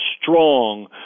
strong